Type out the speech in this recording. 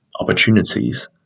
opportunities